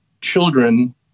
children